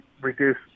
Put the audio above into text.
reduce